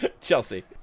Chelsea